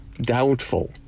Doubtful